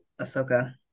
Ahsoka